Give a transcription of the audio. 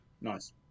Nice